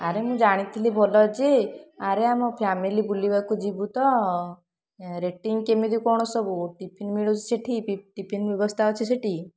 ଆରେ ମୁଁ ଜାଣିଥିଲି ଭଲ ଯେ ଆରେ ଆମ ଫ୍ୟାମିଲି ବୁଲିବାକୁ ଯିବୁ ତ ରେଟିଙ୍ଗ୍ କେମିତି କଣ ସବୁ ଟିଫିନ୍ ମିଳୁଛି ସେଠି ଟିଫିନ୍ ବ୍ୟବସ୍ଥା ଅଛି ସେଟି